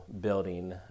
building